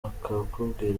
akakubwira